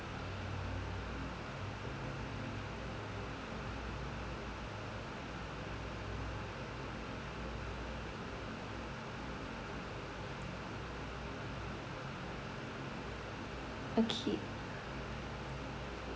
okay